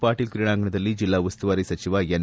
ಪಾಟೀಲ್ ಕ್ರೀಡಾಂಗಣದಲ್ಲಿ ಜಿಲ್ಲಾಉಸ್ತುವಾರಿ ಸಚಿವ ಎನ್